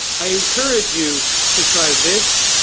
i encourage you to try this,